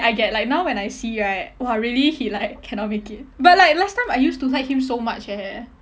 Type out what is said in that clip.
I get like now when I see right !wah! really he like cannot make it but like last time I used to like him so much eh